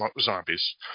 zombies